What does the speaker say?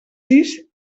sis